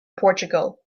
portugal